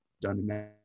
done